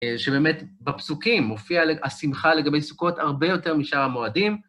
שבאמת בפסוקים מופיעה השמחה לגבי סוכות, הרבה יותר משאר המועדים.